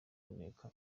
kuneka